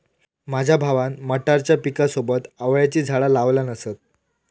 माझ्या भावान मटारच्या पिकासोबत आवळ्याची झाडा लावल्यान असत